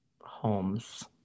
Holmes